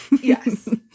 Yes